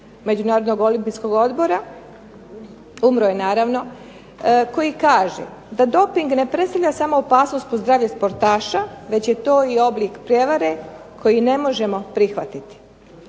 Međunarodnog olimpijskog odbora, umro je naravno, koji kaže da doping ne predstavlja samo opasnost po zdravlje sportaša već je to oblik prevare koji ne možemo prihvatiti.